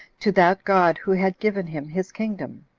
to that god who had given him his kingdom.